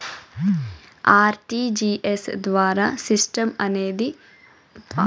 RTGS ద్వారా సిస్టమనేది కేంద్ర బ్యాంకు నిర్దేశించిన ఇదానాలమింద నడస్తాంది